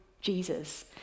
Jesus